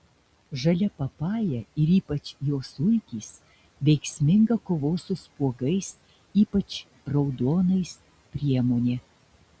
žalia papaja ir ypač jos sultys veiksminga kovos su spuogais ypač raudonais priemonė